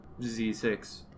Z6